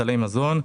סלי מזון,